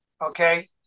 okay